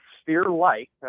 sphere-like